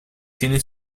tiene